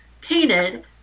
painted